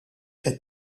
qed